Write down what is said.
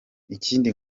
ikindi